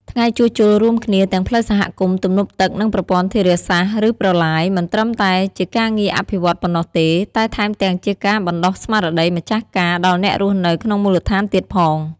ថ្ងៃជួសជុលរួមគ្នាទាំងផ្លូវសហគមន៍ ទំនប់ទឹក និងប្រព័ន្ធធារាសាស្ត្រ ឬ ប្រឡាយ មិនត្រឹមតែជាការងារអភិវឌ្ឍន៍ប៉ុណ្ណោះទេ តែថែមទាំងជាការបណ្ដុះស្មារតីម្ចាស់ការដល់អ្នករស់នៅក្នុងមូលដ្ឋានទៀតផង។